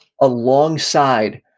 alongside